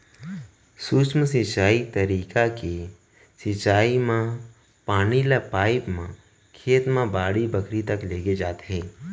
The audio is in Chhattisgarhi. सूक्ष्म सिंचई तरीका के सिंचई म पानी ल पाइप म खेत म बाड़ी बखरी तक लेगे जाथे